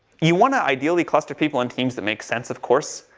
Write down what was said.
you want to ideally cluster people in teams that make sense of course.